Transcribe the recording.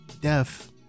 deaf